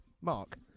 Mark